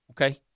Okay